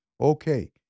okay